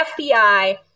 FBI